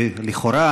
לכאורה,